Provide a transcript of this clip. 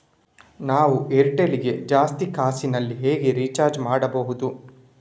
ನಾವು ಏರ್ಟೆಲ್ ಗೆ ಜಾಸ್ತಿ ಕಾಸಿನಲಿ ಹೇಗೆ ರಿಚಾರ್ಜ್ ಮಾಡ್ಬಾಹುದು?